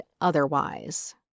otherwise